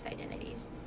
identities